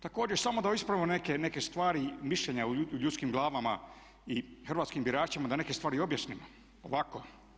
Također, samo da ispravim neke stvari i mišljenja o ljudskim glavama i hrvatskim biračima da neke stvari objasnimo ovako.